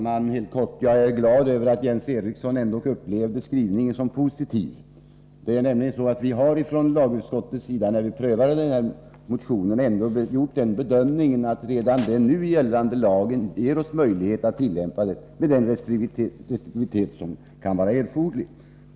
Herr talman! Jag är glad över att Jens Eriksson ändå upplever utskottets skrivning som positiv. Vi har nämligen från lagutskottets sida, när vi prövade den här motionen, gjort den bedömningen att redan den nu gällande lagen ger möjlighet till den restriktivitet som kan vara erforderlig.